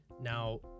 Now